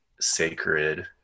sacred